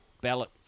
ballot